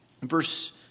Verse